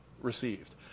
received